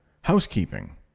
housekeeping